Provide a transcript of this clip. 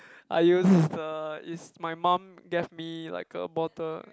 I use the is my mum gave me like a bottle